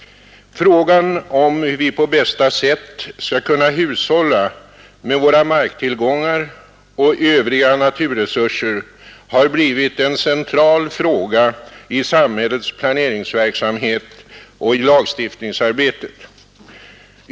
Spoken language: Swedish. Frågan om hur vi på bästa sätt skall kunna hushålla med våra marktillgångar och Övriga naturresurser har blivit en central fråga i samhällets planeringsverksamhet och i lagstiftningsarbetet.